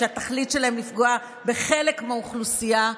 שהתכלית שלהם היא לפגוע בחלק מהאוכלוסייה,